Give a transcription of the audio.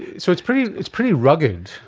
so it's pretty it's pretty rugged,